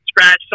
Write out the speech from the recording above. scratch